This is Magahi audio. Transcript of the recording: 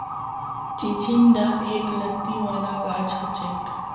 चिचिण्डा एक लत्ती वाला गाछ हछेक